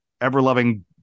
ever-loving